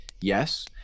Yes